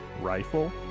rifle